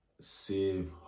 save